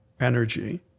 energy